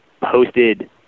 posted